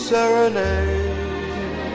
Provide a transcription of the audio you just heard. Serenade